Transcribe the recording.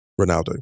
Ronaldo